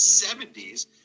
70s